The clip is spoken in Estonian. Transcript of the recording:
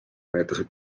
näitasid